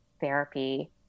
therapy